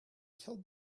killed